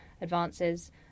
advances